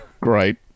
Great